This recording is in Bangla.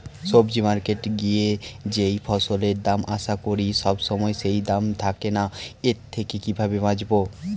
সবজি মার্কেটে গিয়ে যেই ফসলের দাম আশা করি সবসময় সেই দাম থাকে না এর থেকে কিভাবে বাঁচাবো?